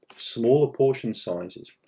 smaller portion sizes,